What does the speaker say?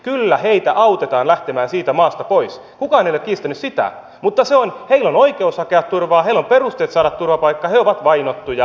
kyllä heitä autetaan lähtemään siitä maasta pois kukaan ei ole kiistänyt sitä mutta heillä on oikeus hakea turvaa heillä on perusteet saada turvapaikka he ovat vainottuja